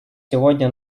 сегодня